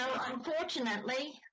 unfortunately